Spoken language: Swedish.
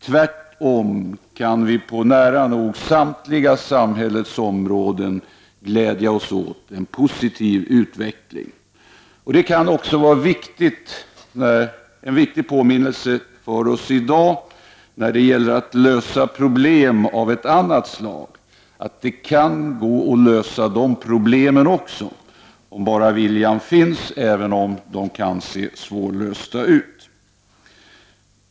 Tvärtom kan vi på nära nog samtliga samhällets områden glädja oss åt en positiv utveckling. Det kan också vara en viktig påminnelse för oss i dag, när det gäller att lösa problem av ett annat slag, att det kan gå att lösa de problemen också om bara viljan finns, även om de kan se svårlösta ut.